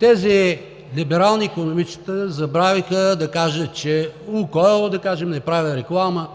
Тези либерални икономистчета забравиха да кажат, че „Лукойл“, да